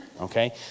Okay